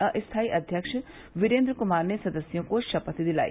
अस्थायी अध्यक्ष वीरेन्द्र कुमार ने सदस्यों को शपथ दिलाई